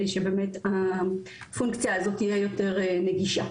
כדי שבאמת הפונקציה הזאת תהיה יותר נגישה.